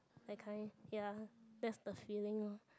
that kind ya that's the feeling loh